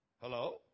Hello